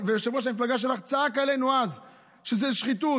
ויושב-ראש המפלגה שלך צעק עלינו אז שזו שחיתות.